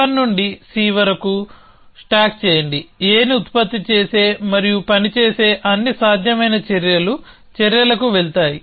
A1 నుండి C వరకు stock చేయండి Aని ఉత్పత్తి చేసే మరియు పని చేసే అన్ని సాధ్యమైన చర్యలు చర్యలకు వెళ్తాయి